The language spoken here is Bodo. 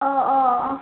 अ अ